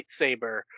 lightsaber